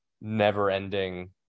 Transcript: never-ending